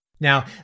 Now